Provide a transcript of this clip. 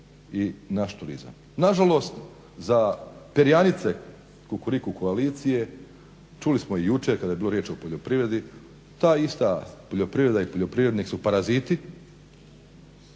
i naš turizam. Nažalost, za perjanice kukuriku koalicije čuli smo i jučer kad je bilo riječ o poljoprivredi. Ta ista poljoprivreda i poljoprivrednik su paraziti,